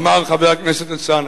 אמר חבר הכנסת אלסאנע: